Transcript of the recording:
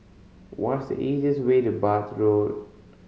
what's the easiest way to Bath Road